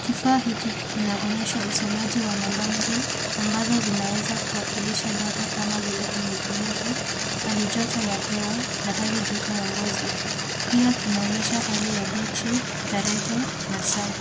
Kifaa hiki kinaonyesha usomaji wa nambari ambazo zinaweza kuwakilisha data kama vile unyevunyevu, halijoto ya hewa na hali joto ya ngozi. Pia kinaonyesha hali ya battery , tarehe na saa.